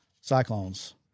Cyclones